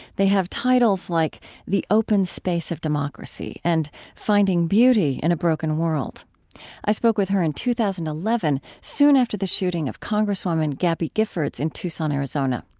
they have titles like the open space of democracy and finding beauty in a broken world i spoke with her in two thousand and eleven, soon after the shooting of congresswoman gabby giffords in tucson, arizona.